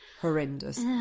horrendous